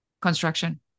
Construction